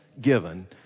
given